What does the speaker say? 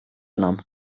enam